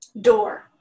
Door